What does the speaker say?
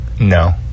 No